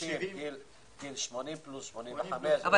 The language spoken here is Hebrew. גיל 80 פלוס, 85. זה